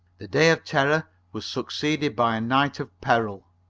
the day of terror was succeeded by a night of peril.